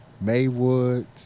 Maywood